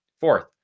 fourth